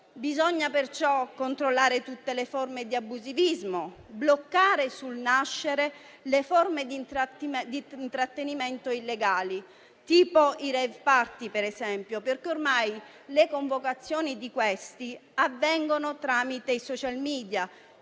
Bisogna perciò controllare tutte le forme di abusivismo e bloccare sul nascere le forme di intrattenimento illegali, tipo i *rave party*, perché ormai le convocazioni di questi avvengono tramite i *social media*,